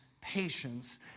patience